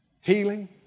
Healing